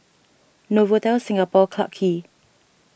Novotel Singapore Clarke Quay